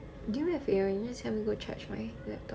don't have to worry just let me go charge my laptop